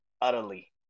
utterly